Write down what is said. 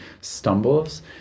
stumbles